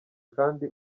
kandi